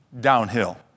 downhill